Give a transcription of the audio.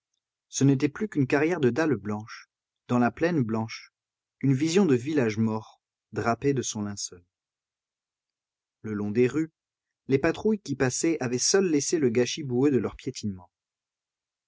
ce n'était plus qu'une carrière de dalles blanches dans la plaine blanche une vision de village mort drapé de son linceul le long des rues les patrouilles qui passaient avaient seules laissé le gâchis boueux de leur piétinement